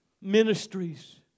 ministries